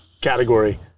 category